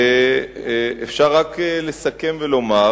אפשר רק לסכם ולומר: